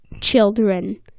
children